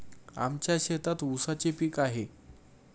आमच्या शेतात ऊसाचे पीक आहे